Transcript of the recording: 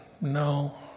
no